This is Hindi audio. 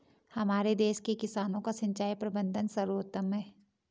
हमारे देश के किसानों का सिंचाई प्रबंधन सर्वोत्तम है